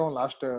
last